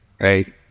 right